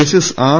justice R